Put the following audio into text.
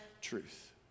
truth